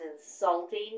insulting